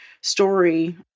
story